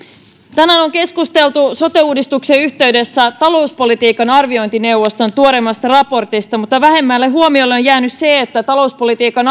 tänään on keskusteltu sote uudistuksen yhteydessä talouspolitiikan arviointineuvoston tuoreimmasta raportista mutta vähemmälle huomiolle on jäänyt se että talouspolitiikan